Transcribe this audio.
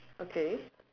okay